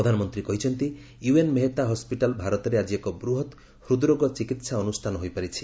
ପ୍ରଧାନମନ୍ତ୍ରୀ କହିଛନ୍ତି U N Mehta hospital ଭାରତରେ ଆଜି ଏକ ବୃହତ ହୃଦ୍ରୋଗ ଚିକିତ୍ସା ଅନୁଷ୍ଠାନ ହୋଇପାରିଛି